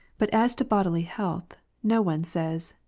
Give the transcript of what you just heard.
but as to bodily health, no one says,